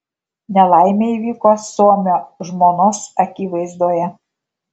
nelaimė įvyko suomio žmonos akivaizdoje